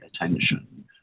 attention